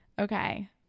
Okay